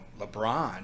lebron